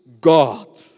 God